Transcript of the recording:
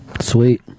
Sweet